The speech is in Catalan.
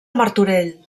martorell